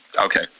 Okay